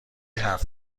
حرف